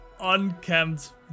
unkempt